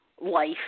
life